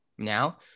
now